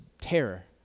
terror